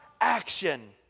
action